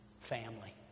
family